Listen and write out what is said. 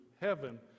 heaven